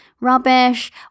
rubbish